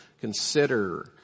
consider